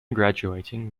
graduating